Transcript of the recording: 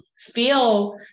feel